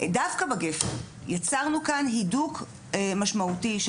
דווקא בגפ"ן יצרנו כאן הידוק משמעותי של